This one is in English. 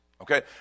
okay